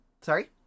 Sorry